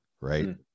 right